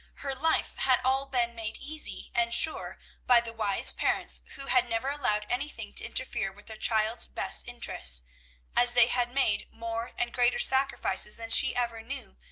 her life had all been made easy and sure by the wise parents who had never allowed anything to interfere with their child's best interests as they had made more and greater sacrifices than she ever knew,